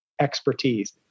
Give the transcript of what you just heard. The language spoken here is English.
expertise